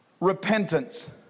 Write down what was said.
repentance